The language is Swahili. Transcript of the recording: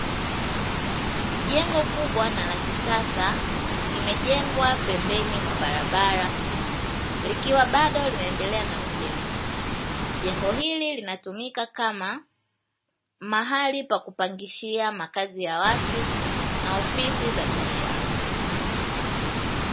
Jengo kubwa na lakisasa limejengwa pembezoni mwa barabara likiwa bado kinaendelea na ujenzi. Jengo hili linatumika kama mahali pa kupangishia makazi ya watu na ofisi za biashara.